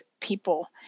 people